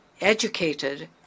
educated